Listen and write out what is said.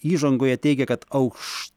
įžangoje teigia kad aukš